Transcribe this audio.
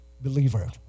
believer